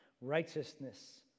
Righteousness